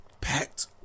packed